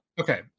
Okay